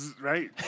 right